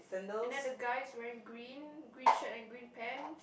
and then the guy's wearing green green shirt and green pants